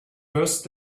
first